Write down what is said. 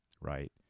right